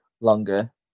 longer